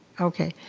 okay.